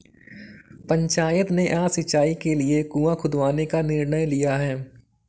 पंचायत ने आज सिंचाई के लिए कुआं खुदवाने का निर्णय लिया है